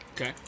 Okay